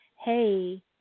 Hey